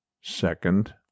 second